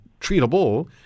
treatable